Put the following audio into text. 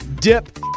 Dip